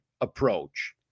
approach